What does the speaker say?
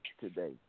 today